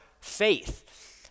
faith